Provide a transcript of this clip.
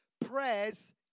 Prayers